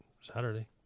Saturday